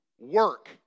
work